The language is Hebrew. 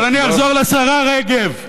אבל אני אחזור לשרה רגב,